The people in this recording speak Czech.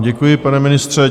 Děkuji vám, pane ministře.